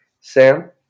Sam